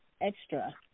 extra